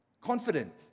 confident